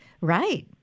Right